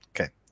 okay